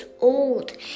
old